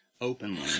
openly